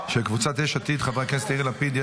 קבוצת יש עתיד: חברי הכנסת יאיר לפיד,